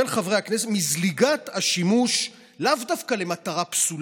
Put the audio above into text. זליגת השימוש לאו דווקא למטרה פסולה.